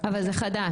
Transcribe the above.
אבל זה חדש,